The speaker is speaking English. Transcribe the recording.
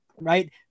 right